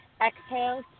Exhale